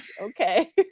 okay